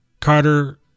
Carter